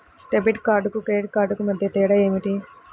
Debit కార్డుకు credit కార్డుకు మధ్య తేడా ఏమిటీ?